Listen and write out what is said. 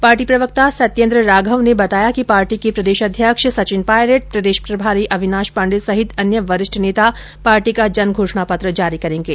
party प्रवक्ता सत्येन्द्र राघव ने बताया कि पार्टी के प्रदेश अध्यक्ष सचिन पायलट प्रदेश प्रभारी अविनाश पांडे सहित अन्य वरिष्ठ नेता पार्टी का जन घोषणा पत्र जारी करेंगे